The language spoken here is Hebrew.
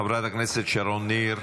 חברת הכנסת שרון ניר,